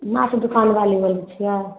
माछ दोकानवाली बोलै छिए